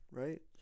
right